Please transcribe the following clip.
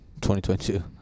2022